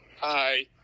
Hi